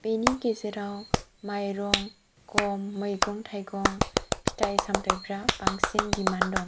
बेनि गेजेराव माइरं गम मैगं थाइगं फिथाइ सामथाइफ्रा बांसिन दिमान्द दं